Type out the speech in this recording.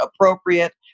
appropriate